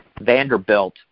Vanderbilt